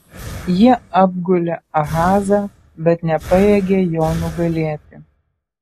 jie apgulė ahazą bet nepajėgė jo nugalėti